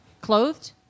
clothed